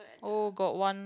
oh got one